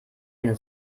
eine